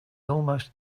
almost